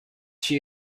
she